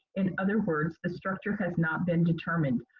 in other words, the structure has not been determined,